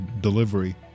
delivery